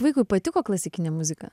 vaikui patiko klasikinė muzika